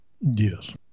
Yes